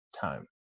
time